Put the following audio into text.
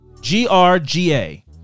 G-R-G-A